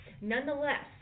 Nonetheless